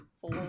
Four